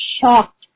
shocked